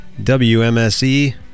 WMSE